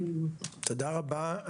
זו בריאות האנשים,